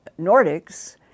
Nordics